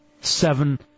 seven